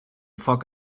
foc